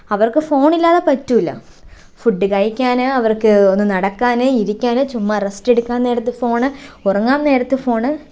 അവർക്ക് ഫോണില്ലാതെ പറ്റില്ല ഫുഡ് കഴിക്കാന് അവർക്ക് ഒന്ന് നടക്കാന് ഇരിക്കാന് ചുമ്മാ റസ്റ്റ് എടുക്കാൻ നേരത്ത് ഫോൺ ഉറങ്ങാൻ നേരത്ത് ഫോൺ